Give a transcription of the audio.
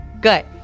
Good